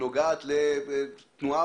פה יש כמות אדירה של דאטה שנוגעת לתנועה